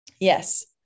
Yes